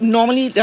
Normally